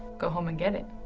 go home and get it.